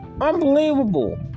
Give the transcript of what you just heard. Unbelievable